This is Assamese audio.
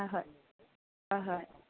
হয় হয় হয় হয়